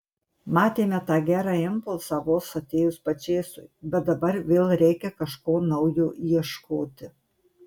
matėme tą gerą impulsą vos atėjus pačėsui bet dabar vėl reikia kažko naujo ieškoti